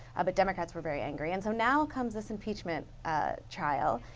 but democrats were very angry. and so now comes this impeachment ah trial.